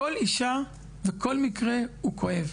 כל אישה וכל מקרה הוא כואב.